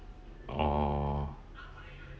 oh